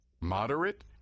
moderate